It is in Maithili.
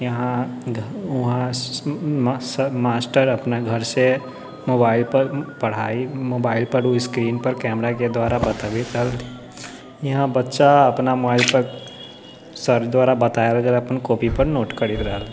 यहाँ वहाँ मास्टर अपना घरसँ मोबाइलपर पढ़ाइ मोबाइलपर ओ स्क्रीनपर कैमराके द्वारा बतबैत रहलथिन यहाँ बच्चा अपना मोबाइलपर सर द्वारा बताएल गेल अपन कापीपर नोट करैत रहल